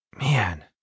man